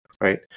right